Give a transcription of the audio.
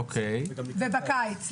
ובקיץ.